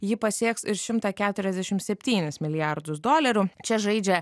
ji pasieks ir šimtą keturiasdešim septynis milijardus dolerių čia žaidžia